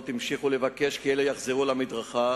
והמשיכו לבקש כי המפגינים יחזרו למדרכה,